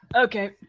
Okay